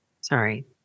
Sorry